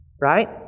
Right